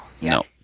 No